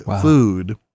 food